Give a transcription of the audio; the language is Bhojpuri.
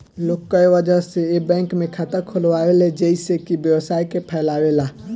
लोग कए वजह से ए बैंक में खाता खोलावेला जइसे कि व्यवसाय के फैलावे ला